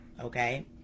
okay